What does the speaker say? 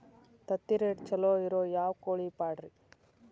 ತತ್ತಿರೇಟ್ ಛಲೋ ಇರೋ ಯಾವ್ ಕೋಳಿ ಪಾಡ್ರೇ?